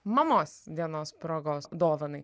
mamos dienos progos dovanai